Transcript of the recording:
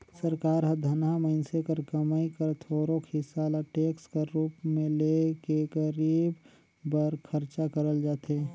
सरकार हर धनहा मइनसे कर कमई कर थोरोक हिसा ल टेक्स कर रूप में ले के गरीब बर खरचा करल जाथे